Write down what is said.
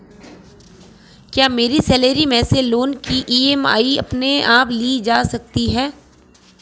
क्या मेरी सैलरी से मेरे लोंन की ई.एम.आई अपने आप ली जा सकती है?